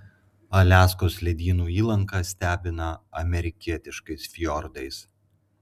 aliaskos ledynų įlanka stebina amerikietiškais fjordais